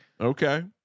Okay